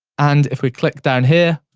and if we click down here,